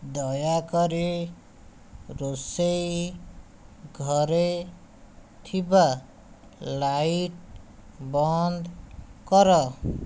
ଦୟାକରି ରୋଷେଇ ଘରେ ଥିବା ଲାଇଟ୍ ବନ୍ଦ କର